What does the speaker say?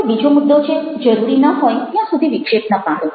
હવે બીજો મુદ્દો છે જરૂરી ન હોય ત્યાં સુધી વિક્ષેપ ન પાડો